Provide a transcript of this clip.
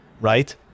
Right